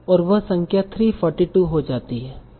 और वह संख्या 342 हो जाती है